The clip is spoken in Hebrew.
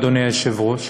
אדוני היושב-ראש?